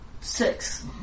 Six